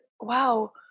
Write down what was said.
wow